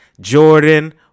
Jordan